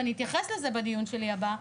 ואני אתייחס לזה בדיון הבא שלי,